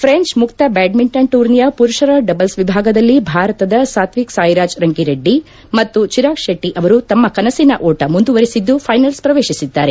French ಮುಕ್ತ badminton ಟೂರ್ನಿಯ ಪುರುಷರ ಡಬಲ್ಪ್ ವಿಭಾಗದಲ್ಲಿ ಭಾರತದ ಸಾತ್ಸಿಕ್ ಸ್ಟೆರಾಜ್ ರಂಕಿ ರೆಡ್ಡಿ ಮತ್ತು ಚಿರಾಗ್ ಶೆಟ್ಲಿ ಅವರು ತಮ್ಮ ಕನಸಿನ ಓಟ ಮುಂದುವರಿಸಿದ್ದು ಫ್ಟೆನಲ್ಪ್ ಪ್ರವೇಶಿಸಿದ್ದಾರೆ